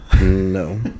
no